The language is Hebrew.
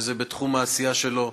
שזה בתחום העשייה שלו,